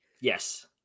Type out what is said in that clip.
Yes